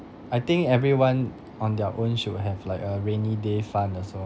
I think everyone on their own should have like a rainy day fund also